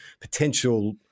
potential